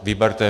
Vyberte.